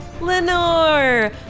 lenore